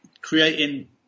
creating